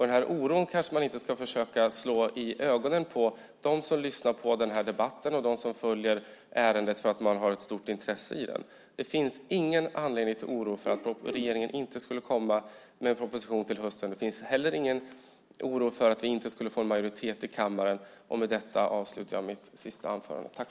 Den här oron kanske man inte ska försöka slå i ögonen på dem som lyssnar på den här debatten och dem som följer ärendet för att de har ett stort intresse i den. Det finns ingen anledning till oro för att regeringen inte skulle komma med en proposition till hösten. Det finns heller ingen anledning till oro för att vi inte skulle få en majoritet i kammaren. Med detta avslutar jag min sista replik.